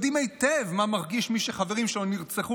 יודעים היטב מה מרגיש מי שחברים שלו נרצחו